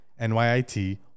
NYIT